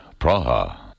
Praha